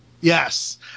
Yes